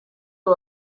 uyu